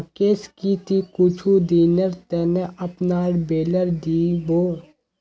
राकेश की ती कुछू दिनेर त न अपनार बेलर दी बो